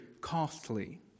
costly